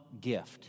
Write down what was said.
gift